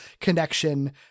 connection